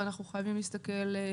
שקובע מועדים לקביעת הוראות מאסדר.